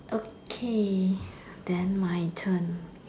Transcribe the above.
okay then my turn